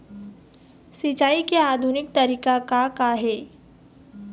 सिचाई के आधुनिक तरीका का का हे?